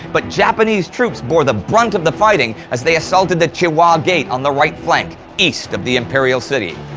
but japanese troops bore the brunt of the fighting as they assaulted the chih hua gate on the right flank, east of the imperial city.